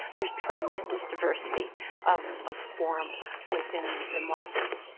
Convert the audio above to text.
there's tremendous diversity of of form within the mosses.